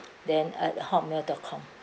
then at hotmail dot com